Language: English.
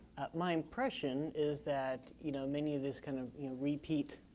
my impression is that you know many of these kind of repeat